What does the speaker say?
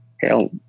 hell